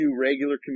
regular